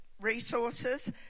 Resources